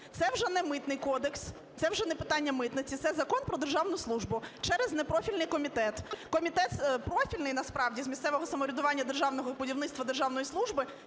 Це вже не Митний кодекс, це вже не питання митниці, це вже Закон "Про державну службу" через непрофільний комітет, Комітет профільний, насправді, з місцевого самоврядування, державного будівництва, державної служби